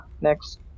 next